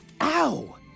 Ow